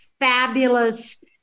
fabulous